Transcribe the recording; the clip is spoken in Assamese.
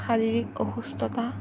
শাৰিৰীক অসুস্থতা